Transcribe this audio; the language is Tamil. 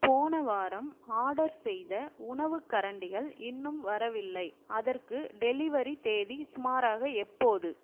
போன வாரம் ஆர்டர் செய்த உணவுக் கரண்டிகள் இன்னும் வரவில்லை அதற்கு டெலிவரி தேதி சுமாராக எப்போது